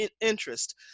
interest